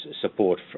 support